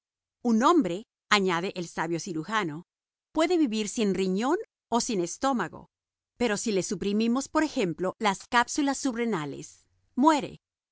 un hombre añade el sabio cirujano puede vivir sin riñón o sin estómago pero si le suprimimos por ejemplo las cápsulas subrenales muere